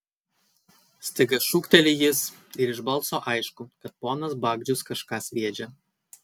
staiga šūkteli jis ir iš balso aišku kad ponas bagdžius kažką sviedžia